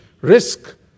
risk